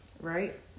right